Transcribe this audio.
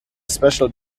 special